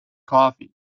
coffee